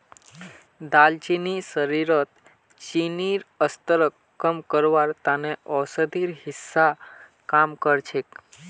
दालचीनी शरीरत चीनीर स्तरक कम करवार त न औषधिर हिस्सा काम कर छेक